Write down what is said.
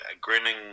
grinning